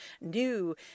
new